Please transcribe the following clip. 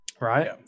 right